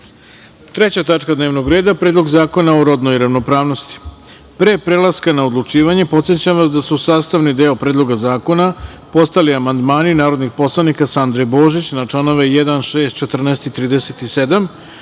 tačka dnevnog reda – Predlog zakona o rodnoj ravnopravnosti. Pre prelaska na odlučivanje, podsećam vas da su sastavni deo Predloga zakona postali amandmani narodnih poslanika Sandre Božić, na članove 1, 6, 14.